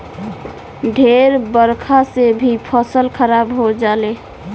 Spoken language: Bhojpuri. ढेर बरखा से भी फसल खराब हो जाले